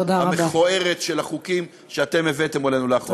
המכוערת של החוקים שאתם הבאתם עלינו לאחרונה.